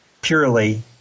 purely